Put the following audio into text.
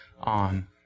on